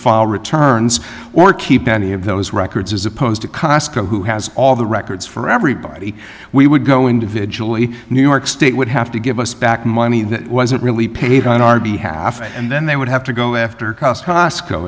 file returns or keep any of those records as opposed to cosco who has all the records for everybody we would go individually new york state would have to give us back money that wasn't really paid on our behalf and then they would have to go after cos